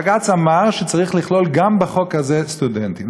בג"ץ אמר שצריך לכלול גם בחוק הזה סטודנטים,